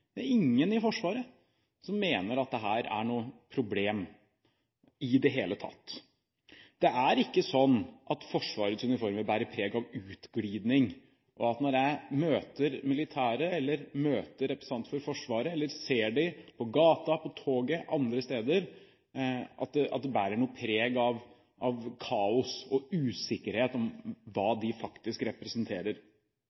Det er ingen i Forsvaret som mener at dette er noe problem i det hele tatt. Det er ikke slik at Forsvarets uniformer bærer preg av utglidning. Når jeg møter representanter for Forsvaret, eller når jeg ser dem på gaten, på toget eller andre steder, preges ikke disse av kaos eller usikkerhet om hva de faktisk representerer. Jeg synes det